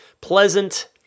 pleasant